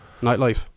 nightlife